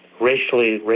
racially